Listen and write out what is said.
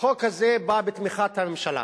החוק הזה בא בתמיכת הממשלה,